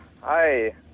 Hi